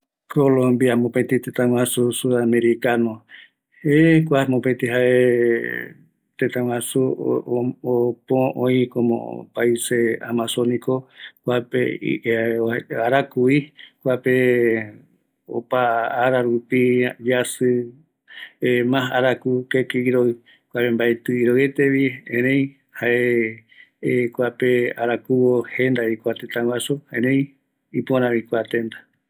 Kua colombia jaeko tëtä sud americano, kuape oïme arakuvo opara yasɨ rupi, kuako tëtä amazonico, jaeramo oï arakuvo, jare oïmevi ama, iroɨ, iarape, ëreï arakuvo jenda